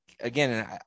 again